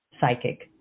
psychic